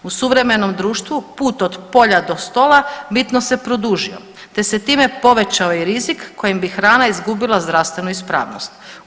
U suvremenom društvu, put od polja do stola bitno se produžio te se time povećao i rizik kojim bi hrana izgubila zdravstvenu ispravnost.